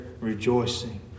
rejoicing